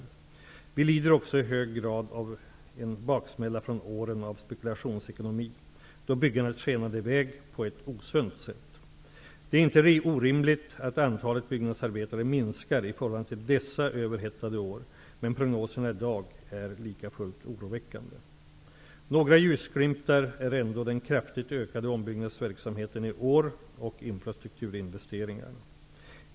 Vi lider också i hög grad av en baksmälla från åren av spekulationsekonomi, då byggandet skenade i väg på ett osunt sätt. Det är inte orimligt att antalet byggnadsarbetare minskar i förhållande till dessa överhettade år, men prognoserna i dag är likafullt oroväckande. Några ljusglimtar är ändå den kraftigt ökade ombyggnadsverksamheten i år och infrastrukturinvesteringarna.